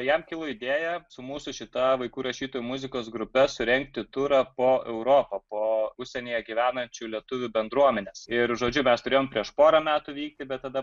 jam kilo idėja su mūsų šita vaikų rašytojų muzikos grupe surengti turą po europą po užsienyje gyvenančių lietuvių bendruomenes ir žodžiu mes turėjom prieš porą metų vykti bet tada